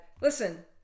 Listen